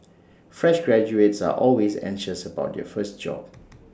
fresh graduates are always anxious about their first job